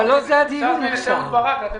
זה לא הדיון עכשיו.